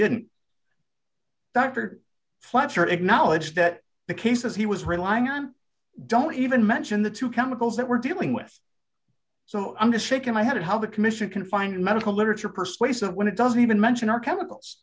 didn't that are fletcher acknowledged that the cases he was relying on don't even mention the two chemicals that we're dealing with so i'm just shaking my head at how the commission can find medical literature persuasive when it doesn't even mention our chemicals